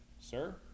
sir